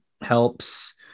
helps